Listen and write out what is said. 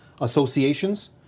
associations